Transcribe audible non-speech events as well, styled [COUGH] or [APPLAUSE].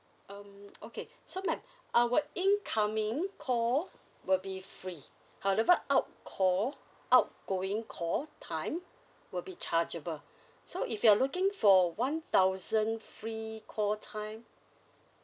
um [NOISE] okay [BREATH] so madam [BREATH] our incoming call will be free however out call outgoing call time will be chargeable [BREATH] so if you're looking for one thousand free call time